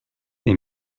est